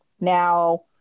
Now